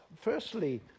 Firstly